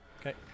Okay